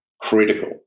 critical